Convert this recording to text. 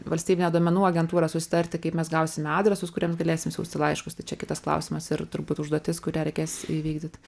valstybine duomenų agentūra susitarti kaip mes gausime adresus kuriems galėsim siųsti laiškus tai čia kitas klausimas ir turbūt užduotis kurią reikės įvykdyt